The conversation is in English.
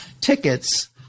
tickets